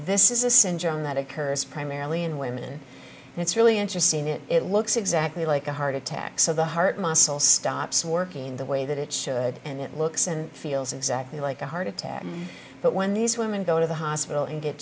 this is a sin germ that occurs primarily in women and it's really interesting that it looks exactly like a heart attack so the heart muscle stops working the way that it should and it looks and feels exactly like a heart attack but when these women go to the hospital and get